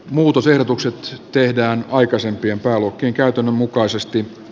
muutosehdotukset tehdään aikaisempien pääluokkien käytön mukaisesti